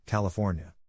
California